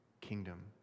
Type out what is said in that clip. kingdom